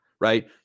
right